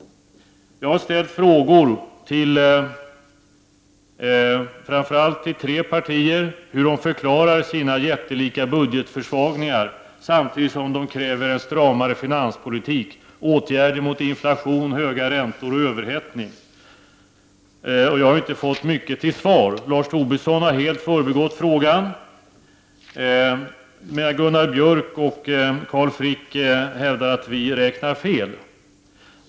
Jag har ställt frågor till framför allt tre partier om hur de förklarar sina jättelika budgetförsvagningar samtidigt som de kräver en stramare finanspolitik, åtgärder mot inflation, höga räntor och överhettning. Jag har inte fått mycket till svar. Lars Tobisson har helt förbigått frågan, medan Gunnar Björk och Carl Frick hävdar att vi räknar fel.